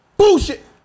Bullshit